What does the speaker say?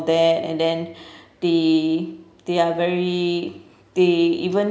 that and then they they are very they even